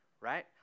right